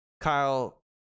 Kyle